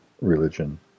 religion